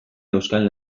euskal